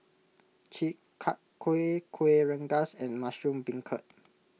Chi Kak Kuih Kuih Rengas and Mushroom Beancurd